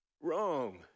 wrong